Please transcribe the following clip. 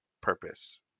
purpose